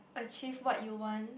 achieve what you want